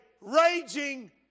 raging